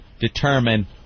determine